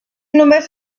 només